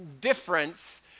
difference